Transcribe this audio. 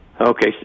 Okay